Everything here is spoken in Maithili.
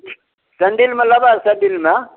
सेण्डिलमे लेबै सेण्डिलमे